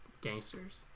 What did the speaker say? gangsters